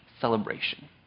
celebration